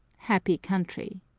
happy country.